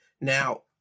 Now